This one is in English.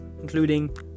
including